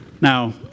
Now